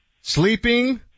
sleeping